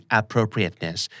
appropriateness